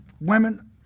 women